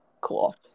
cool